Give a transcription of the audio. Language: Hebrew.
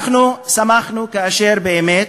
אנחנו שמחנו כאשר באמת,